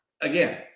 again